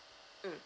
mm